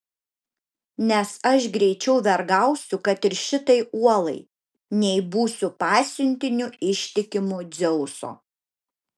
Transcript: nes aš greičiau vergausiu kad ir šitai uolai nei būsiu pasiuntiniu ištikimu dzeuso